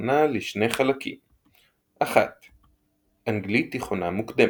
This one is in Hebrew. התיכונה לשני חלקים 1. אנגלית תיכונה מוקדמת.